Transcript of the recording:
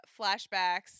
flashbacks